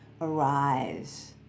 arise